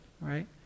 right